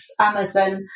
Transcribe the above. Amazon